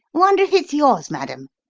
wonder if it's yours, madam?